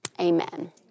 amen